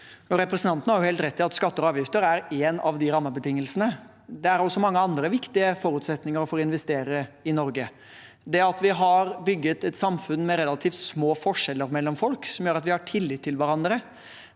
Representanten har helt rett i at skatter og avgifter er en av de rammebetingelsene. Det er også mange andre viktige forutsetninger for å investere i Norge. Det at vi har bygd et samfunn med relativt små forskjeller mellom folk, som gjør at vi har tillit til hverandre,